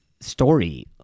story